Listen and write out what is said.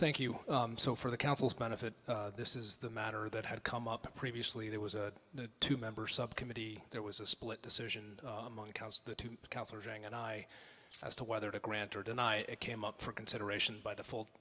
thank you so for the council's benefit this is the matter that had come up previously there was a two member subcommittee there was a split decision and i as to whether to grant or deny it came up for consideration by the full